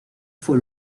fue